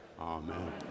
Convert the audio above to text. amen